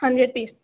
hundred piece